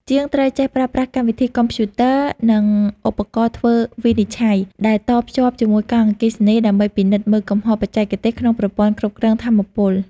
ជាងត្រូវចេះប្រើប្រាស់កម្មវិធីកុំព្យូទ័រ ឬឧបករណ៍ធ្វើវិនិច្ឆ័យដែលតភ្ជាប់ជាមួយកង់អគ្គិសនី ដើម្បីពិនិត្យមើលកំហុសបច្ចេកទេសក្នុងប្រព័ន្ធគ្រប់គ្រងថាមពល។